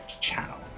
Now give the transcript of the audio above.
channel